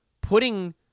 putting